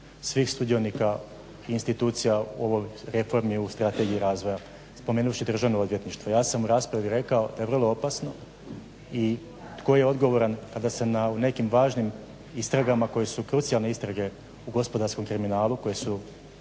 svih sudionika institucija reformi u Strategiji razvoja, spomenuvši državno odvjetništvo. Ja sam u raspravi rekao da je vrlo opasno i tko je odgovoran kada se na nekim važnim istragama koje su krucijalne istrage u gospodarskom kriminalu